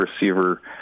receiver